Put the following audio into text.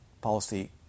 Policy